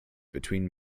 between